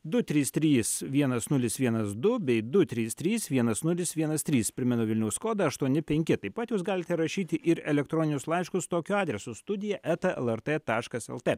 du trys trys vienas nulis vienas du bei du trys trys vienas nulis vienas trys primenu vilniaus kodą aštuoni penki taip pat jūs galite rašyti ir elektroninius laiškus tokiu adresu studija eta lrt taškas lt